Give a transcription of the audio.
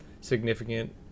significant